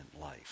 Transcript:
life